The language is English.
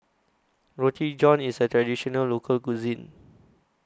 Roti John IS A Traditional Local Cuisine